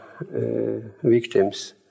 victims